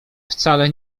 wcale